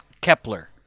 Kepler